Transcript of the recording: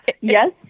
Yes